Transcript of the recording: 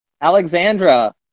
Alexandra